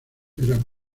era